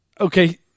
Okay